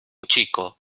chico